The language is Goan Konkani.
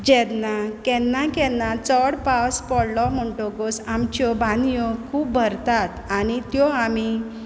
जेदना केन्ना केन्ना चोड पावस पोडलो म्हुणटोकूच आमच्यो बांदयो खूब भरतात आनी त्यो आमी